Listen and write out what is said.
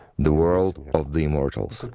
the world of the immortals.